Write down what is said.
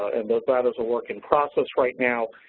and, that is a work in process right now,